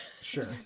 sure